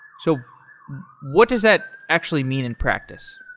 so what does that actually mean in practice?